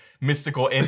mystical